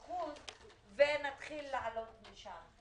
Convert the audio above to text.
25% - ולהתחיל לעלות משם.